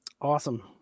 Awesome